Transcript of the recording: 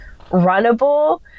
runnable